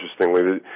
Interestingly